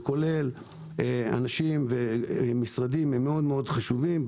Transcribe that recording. וכולל אנשים ומשרדים חשובים מאוד,